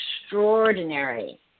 extraordinary